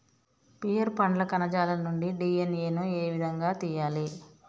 Pear పండ్ల కణజాలం నుండి డి.ఎన్.ఎ ను ఏ విధంగా తియ్యాలి?